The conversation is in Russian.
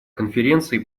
конференции